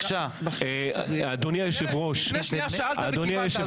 לפני שנייה שאלת וקיבלת,